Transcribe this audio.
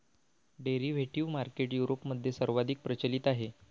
derivative market युरोपमध्ये सर्वाधिक प्रचलित आहे